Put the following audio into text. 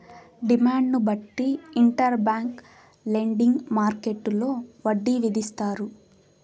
డిమాండ్ను బట్టి interbank lending మార్కెట్టులో వడ్డీ విధిస్తారు